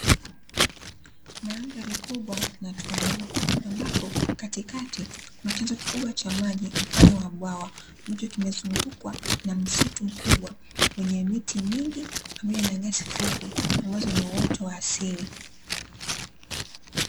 Mandhari kubwa na tulivu, ambapo katikati kuna chanzo kikubwa cha maji mfano wa bwawa, ambacho kimezungukwa na msitu mkubwa wenye miti mingi pamoja na nyasi fupi, ambazo ni uoto wa asili.